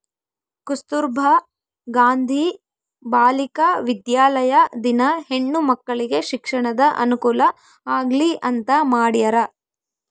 ಕಸ್ತುರ್ಭ ಗಾಂಧಿ ಬಾಲಿಕ ವಿದ್ಯಾಲಯ ದಿನ ಹೆಣ್ಣು ಮಕ್ಕಳಿಗೆ ಶಿಕ್ಷಣದ ಅನುಕುಲ ಆಗ್ಲಿ ಅಂತ ಮಾಡ್ಯರ